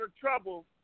trouble